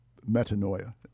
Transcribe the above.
metanoia